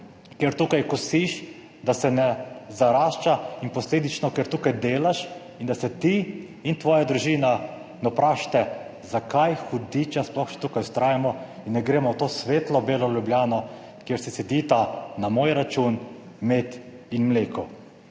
ker tukaj kosiš, da se ne zarašča in posledično, ker tukaj delaš, in da se ti in tvoja družina ne vprašate, zakaj hudiča sploh še tukaj vztrajamo in ne gremo v to svetlo belo Ljubljano, kjer se cedita na moj račun med in mleko.